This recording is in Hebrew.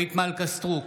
אורית מלכה סטרוק,